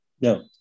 No